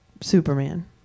Superman